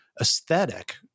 aesthetic